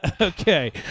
okay